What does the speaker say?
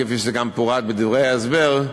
כפי שזה גם פורט בדברי ההסבר,